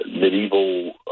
medieval